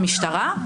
למשטרה,